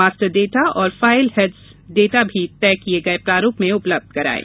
master data और file heads data भी तय किए गए प्रारूप में उपलब्ध करवाये